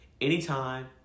anytime